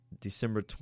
December